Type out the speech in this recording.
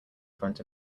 front